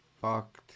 fucked